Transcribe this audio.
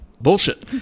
bullshit